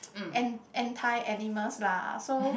and anti animals lah so